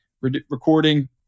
recording